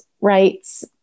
rights